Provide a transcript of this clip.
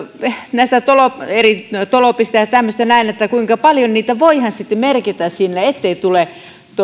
näistä eri tolpista ja ja tämmöisistä näin siitä kuinka paljon niitä voidaan sitten merkitä ettei tule